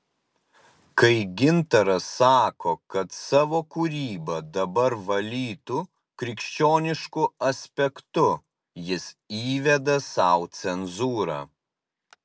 kai gintaras sako kad savo kūrybą dabar valytų krikščionišku aspektu jis įveda sau cenzūrą